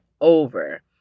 over